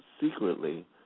secretly